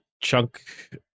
chunk